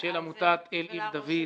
של עמותת עיר אל דוד.